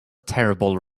terrible